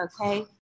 okay